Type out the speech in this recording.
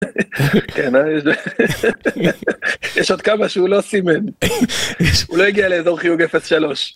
כן אה, יש עוד כמה שהוא לא סימן הוא לא הגיע לאזור חיוג אפס שלוש